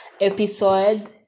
episode